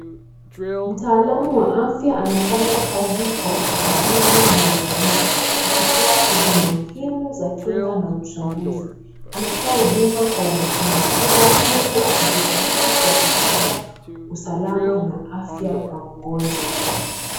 Mtaalamu wa afya anafanya kazi kwa ukaribu na jamii akitoa huduma muhimu za kinga na uchunguzi. Anatoa huduma kwa umakini mkubwa huku aki jitahidi kuhakikisha usalama na afya kwa mgonjwa.